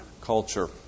culture